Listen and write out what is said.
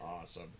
awesome